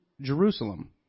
Jerusalem